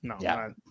No